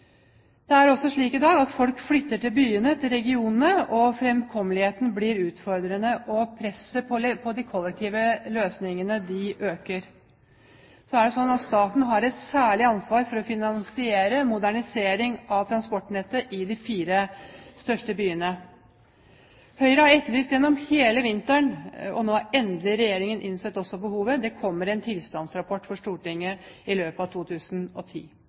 i dag til byene, til regionene, framkommeligheten blir en utfordring, og presset på de kollektive løsningene øker. Staten har et særlig ansvar for å finansiere modernisering av transportnettet i de fire største byene. Høyre har gjennom hele vinteren etterlyst en tilstandsrapport. Nå har Regjeringen også endelig innsett behovet og framlegger en tilstandsrapport for Stortinget i løpet av 2010